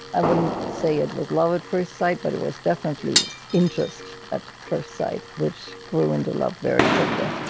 i wouldn't say it was love at first sight, but it was definitely interest at first sight. which grew into love very quickly